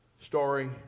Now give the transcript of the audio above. story